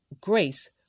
grace